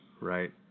Right